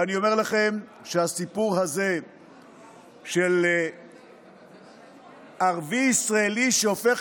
ואני אומר לכם שהסיפור הזה של ערבי-ישראלי שהופך